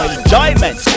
enjoyment